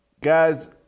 Guys